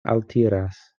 altiras